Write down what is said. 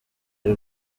y’u